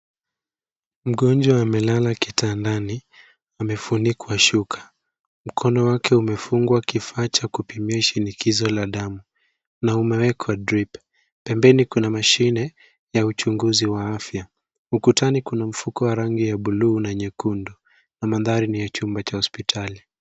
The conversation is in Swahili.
Mgonjwa amelala kitandani, amefunikwa shuka. Mkono wake umefungwa kifaa cha kupimia shinikizo la damu na umewekwa drip . Pembeni kuna mashine ya uchunguzi wa afya. Ukutani kuna mfuko wa rangi ya buluu na nyekundu na mandhari ni ya chumba cha hospitali.